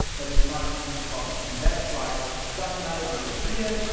but too much deeper problems. and that's why it doesn't matter where you go here,